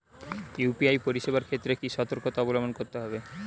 UPI পরিসেবার ক্ষেত্রে কি সতর্কতা অবলম্বন করতে হবে?